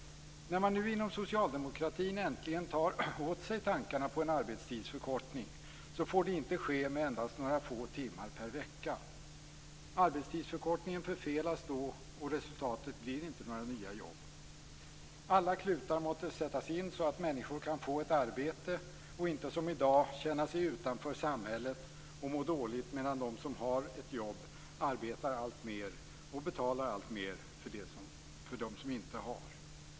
När man nu inom socialdemokratin äntligen tar till sig tankarna på en arbetstidsförkortning får det inte ske med endast några få timmar per vecka. Arbetstidsförkortningen förfelas då, och resultatet blir inte några nya jobb. Alla klutar måste sättas till så att människor kan få ett arbete och inte som i dag behöva känna sig utanför samhället och må dåligt, medan de som har ett jobb arbetar alltmer och betalar alltmer för dem som inget har.